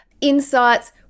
insights